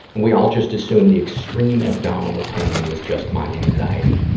we all just assumed the extreme abdominal pain was just my anxiety.